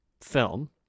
film